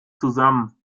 zusammen